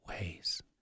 ways